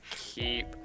keep